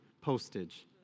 Postage